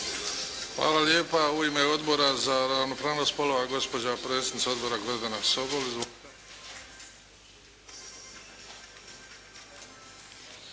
Hvala lijepa. U ime Odbora za ravnopravnost spolova gospođa predsjednica odbora Gordana Sobol.